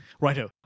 righto